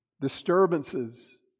disturbances